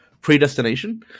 predestination